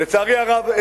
לצערי הרב,